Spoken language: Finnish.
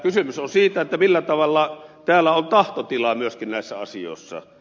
kysymys on siitä millä tavalla täällä on tahtotila myöskin näissä asioissa